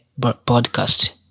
podcast